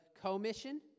commission